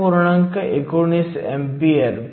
36 x 10 14A आहे